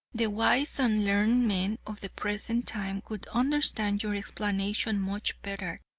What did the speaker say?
the wise and learned men of the present time would understand your explanation much better,